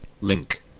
link